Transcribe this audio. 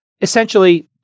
essentially